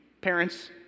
Parents